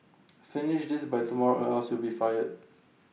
finish this by tomorrow or else you'll be fired